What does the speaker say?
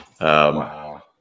Wow